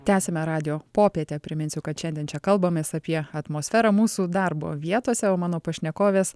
tęsiame radijo popietę priminsiu kad šiandien čia kalbamės apie atmosferą mūsų darbo vietose o mano pašnekovės